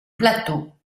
plateau